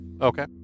Okay